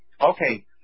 Okay